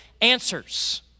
answers